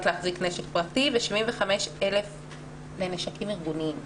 להחזיק נשק פרטי ו-75,000 בנשקים ארגוניים,